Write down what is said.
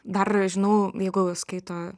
dar žinau jeigu skaito